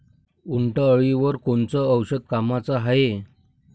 उंटअळीवर कोनचं औषध कामाचं हाये?